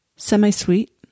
semi-sweet